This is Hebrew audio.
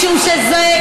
משום שזה,